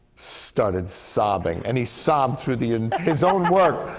started sobbing. and he sobbed through the his own work,